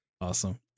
Awesome